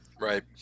Right